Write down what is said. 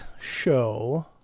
show